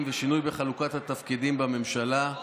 ושינוי בחלוקת התפקידים בממשלה: אני